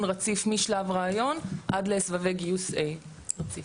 רציף משלב ראיון עד לסבבי גיוס A רציף.